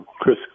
Chris